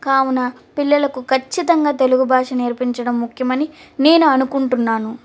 కావున పిల్లలకు ఖచ్చితంగా తెలుగు భాష నేర్పించడం ముఖ్యమని నేను అనుకుంటున్నాను